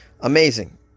Amazing